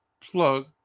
plug